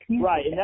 Right